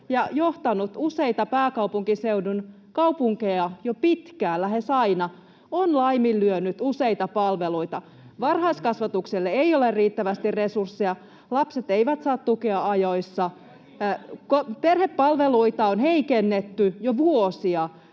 on johtanut useita pääkaupunkiseudun kaupunkeja jo pitkään, lähes aina, on laiminlyönyt useita palveluita: Varhaiskasvatukselle ei ole riittävästi resursseja, lapset eivät saa tukea ajoissa, perhepalveluita on heikennetty jo vuosia.